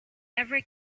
ever